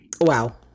wow